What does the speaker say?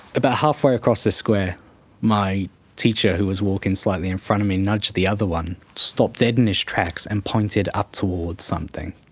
about halfway across this square my teacher, who was walking slightly in front of me, nudged the other one, stopped dead in his tracks and pointed up towards something.